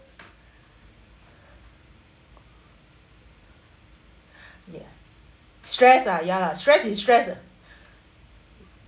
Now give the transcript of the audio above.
ya stress ah ya lah stress is stress ah